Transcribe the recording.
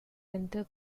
winter